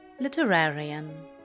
Literarian